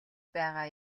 байгаа